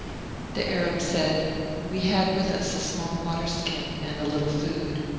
the arab said we had with us a small water-skin and a little food.